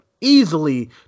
easily